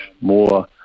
more